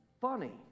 funny